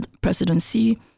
presidency